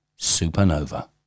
supernova